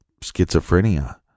schizophrenia